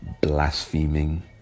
blaspheming